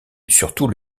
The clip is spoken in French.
surtout